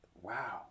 wow